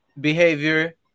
behavior